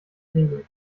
knebeln